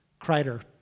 Kreider